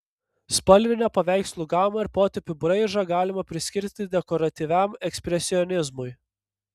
spalvinę paveikslų gamą ir potėpių braižą galima priskirti dekoratyviam ekspresionizmui